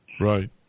Right